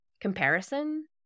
comparison